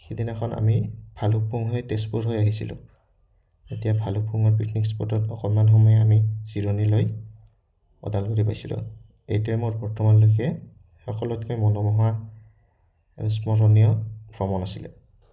সেইদিনাখন আমি ভালুকপুং হৈ তেজপুৰ হৈ আহিছিলোঁ এতিয়া ভালুকপুঙৰ পিকনিক স্পটত অকণমান সময়ে আমি জিৰণি লৈ ওদালগুৰি পাইছিলোঁ এইটোৱে মোৰ বৰ্তমানলৈকে সকলোতকৈ মনোমোহা সস্মৰণীয় ভ্ৰমণ আছিলে